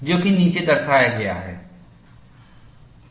जो कि नीचे दर्शाया गया है